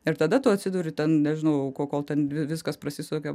ir tada tu atsiduri ten nežinau kol ten viskas prasisuka